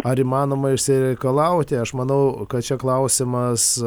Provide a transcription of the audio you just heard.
ar įmanoma išsireikalauti aš manau kad čia klausimas